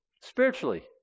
Spiritually